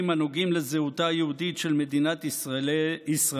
הנוגעים לזהותה היהודית של מדינת ישראל,